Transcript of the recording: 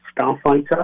Starfighter